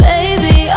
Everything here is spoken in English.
Baby